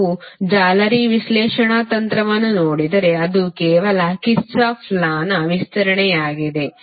ನೀವು ಜಾಲರಿ ವಿಶ್ಲೇಷಣಾ ತಂತ್ರವನ್ನು ನೋಡಿದರೆ ಅದು ಕೇವಲ ಕಿರ್ಚಾಫ್ ಲಾನ Kirchhoffs lawವಿಸ್ತರಣೆಯಾಗಿದೆ